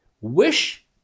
Wish